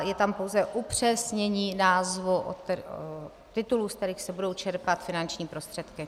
Je tam pouze upřesnění názvů titulů, z kterých se budou čerpat finanční prostředky.